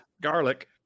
Garlic